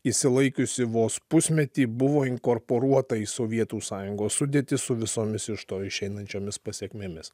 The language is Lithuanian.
išsilaikiusi vos pusmetį buvo inkorporuota į sovietų sąjungos sudėtį su visomis iš to išeinančiomis pasekmėmis